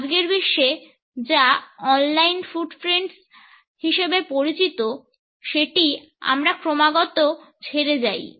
আজকের বিশ্বে যা on line footprints হিসেবে পরিচিত সেটি আমরা ক্রমাগত ছেড়ে যাই